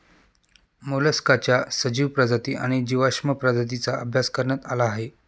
मोलस्काच्या सजीव प्रजाती आणि जीवाश्म प्रजातींचा अभ्यास करण्यात आला आहे